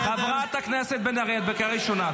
חברת הכנסת בן ארי, את בקריאה ראשונה.